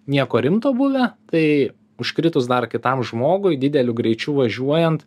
nieko rimto buvę tai užkritus dar kitam žmogui dideliu greičiu važiuojant